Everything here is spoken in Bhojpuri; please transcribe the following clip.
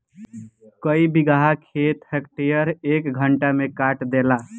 कई बिगहा खेत हार्वेस्टर एके घंटा में काट देला